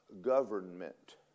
government